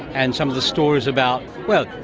and some of the stories about, well,